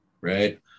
right